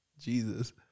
Jesus